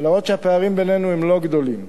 אף שהפערים בינינו לא גדולים.